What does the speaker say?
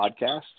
podcast